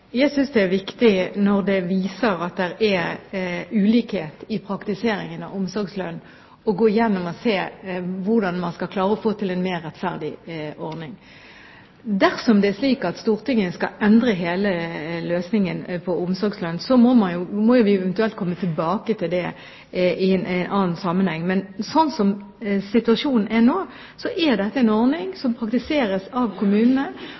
Jeg synes det er viktig, når det viser seg at det er ulikhet i praktiseringen av omsorgslønn, å gå igjennom det og se på hvordan man skal klare å få til en mer rettferdig ordning. Dersom det er slik at Stortinget skal endre hele løsningen på dette med omsorgslønn, må vi eventuelt komme tilbake til det i en annen sammenheng. Slik situasjonen er nå, er dette en ordning som praktiseres av kommunene,